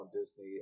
Disney